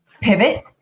pivot